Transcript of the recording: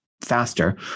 faster